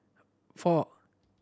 four